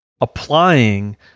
applying